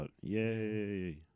Yay